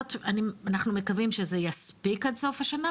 אנחנו מקווים שזה יספיק עד סוף השנה,